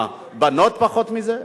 הבנות פחות מזה,